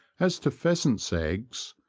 as to pheasants' eggs,